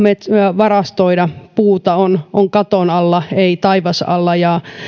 varastoida puuta on on katon alla ei taivasalla ja